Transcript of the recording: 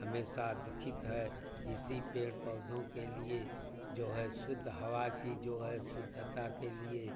हमेशा दुखित है इसी पेड़ पौधों के लिए जो है शुद्ध हवा की जो है शुद्धता के लिए